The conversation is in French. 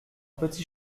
petit